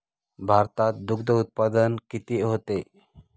भारतात दुग्धउत्पादन किती होते?